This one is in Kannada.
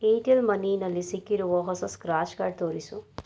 ಏರ್ಟೆಲ್ ಮನಿಯಲ್ಲಿ ಸಿಕ್ಕಿರುವ ಹೊಸ ಸ್ಕ್ರ್ಯಾಚ್ ಕಾರ್ಡ್ ತೋರಿಸು